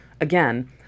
Again